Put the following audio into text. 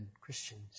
Christians